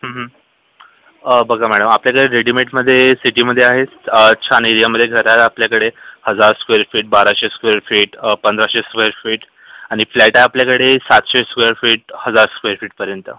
बघा मॅडम आपल्याकडे रेडिमेटमध्ये सिटीमध्ये आहे छान एरियामध्ये आहे आपल्याकडे हजार स्क्वेअर फीट बाराशे फीट पंधराशे फीट आणि फ्लॅट आहे आपल्याकडे सातशे फीट हजार स्क्वेअर फीटपर्यंत